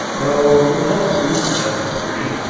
though the most recent of the three,